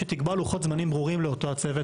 שתקבע לוחות זמנים ברורים לאותו הצוות.